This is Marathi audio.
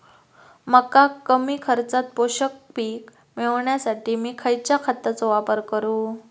मका कमी खर्चात पोषक पीक मिळण्यासाठी मी खैयच्या खतांचो वापर करू?